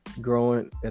growing